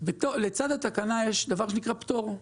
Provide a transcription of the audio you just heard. לצד התקנה יש דבר שנקרא פטור.